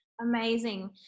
Amazing